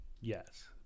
Yes